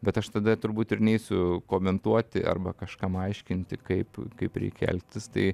bet aš tada turbūt ir neisiu komentuoti arba kažkam aiškinti kaip kaip reikia elgtis tai